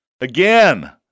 Again